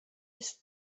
ist